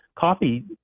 coffee